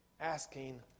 asking